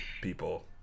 people